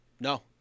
No